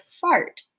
fart